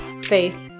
faith